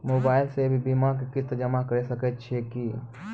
Mobile से भी बीमा के किस्त जमा करै सकैय छियै कि?